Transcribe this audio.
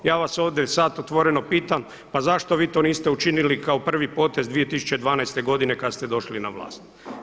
Ja vas ovdje sad otvoreno pitam, pa zašto vi to niste učinili kao prvi potez 2012. godine kad ste došli na vlast?